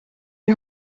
die